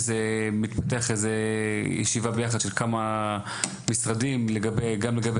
מתפתח איזה ישיבה ביחד של כמה משרדים גם לגבי